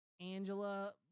Angela